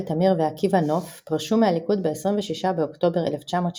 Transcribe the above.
תמיר ועקיבא נוף פרשו מהליכוד ב-26 באוקטובר 1976